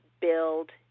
build